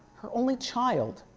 her only child,